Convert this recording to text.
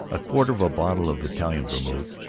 a quarter of a bottle of italian vermouth,